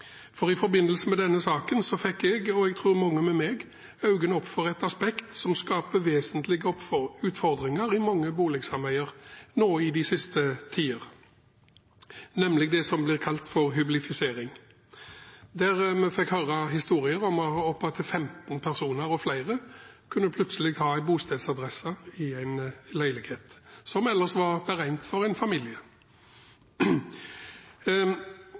I forbindelse med denne saken fikk jeg, og jeg tror mange med meg, øynene opp for et aspekt som skaper vesentlige utfordringer i mange boligsameier nå og i de seneste tider, nemlig det som kalles hyblifisering. Vi fikk høre historier om at 15 personer, eller flere, plutselig kunne ha bostedsadresse i en leilighet som ellers var beregnet for en familie.